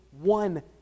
one